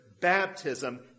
baptism